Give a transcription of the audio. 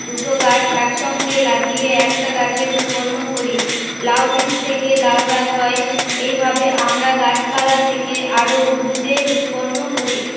দুটো গাছ একসঙ্গে লাগিয়ে একটা গাছের উৎপন্ন করি লাউ বীজ থেকে লাউ গাছ হয় এইভাবে আমরা গাছপালা থেকে আরও উদ্ভিদের উৎপন্ন করি